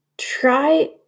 Try